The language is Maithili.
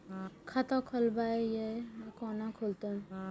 खाता खोलवाक यै है कोना खुलत?